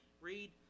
read